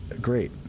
great